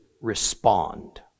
respond